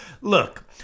Look